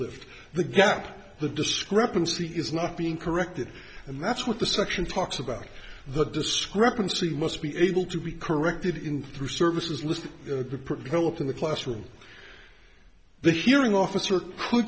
lift the gap the discrepancy is not being corrected and that's what the section talks about the discrepancy must be able to be corrected in two services list helped in the classroom the hearing officer